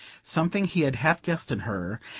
something he had half-guessed in her,